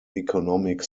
economic